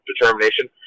determination